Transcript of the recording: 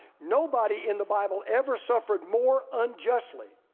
nobody in the bible ever suffered more unjustly,